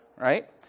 right